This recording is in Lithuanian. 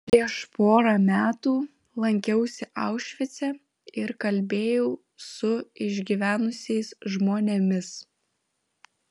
prieš porą metų lankiausi aušvice ir kalbėjau su išgyvenusiais žmonėmis